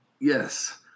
yes